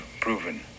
proven